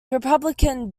republican